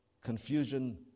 confusion